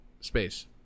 space